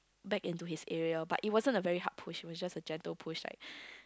back into his area but it wasn't a very hard push it was just a gentle push like